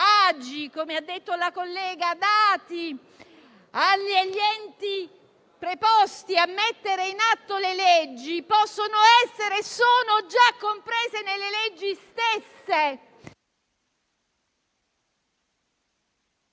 come ha detto la collega, dati agli enti preposti a mettere in atto le leggi, possono essere e sono già comprese nelle leggi stesse...